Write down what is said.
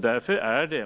Därför är det